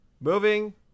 moving